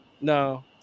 No